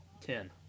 ten